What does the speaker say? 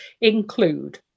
include